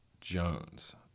Jones